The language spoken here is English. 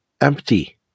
empty